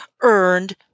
earned